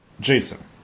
Jason